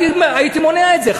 הייתי מונע את זה.